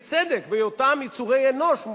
בצדק, בהיותן יצורי אנוש.